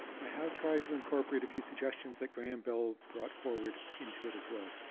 i have tried to incorporate a few suggestions that graham bell brought forward into it as well,